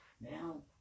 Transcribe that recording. Now